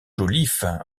joliffe